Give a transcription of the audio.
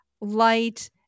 light